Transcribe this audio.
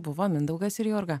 buvo mindaugas ir jurga